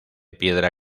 piedra